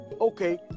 okay